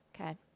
okay